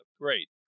Great